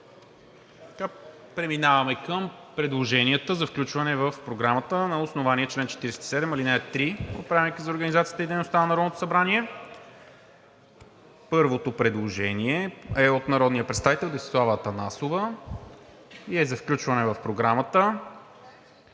Преминаваме към предложенията за включване в Програмата на основание чл. 47, ал. 3 от Правилника за организацията и дейността на Народното събрание. Първото предложение е от народния представител Десислава Атанасова и е за включване в Програмата